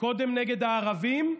קודם נגד הערבים,